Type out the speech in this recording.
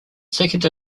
second